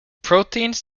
proteins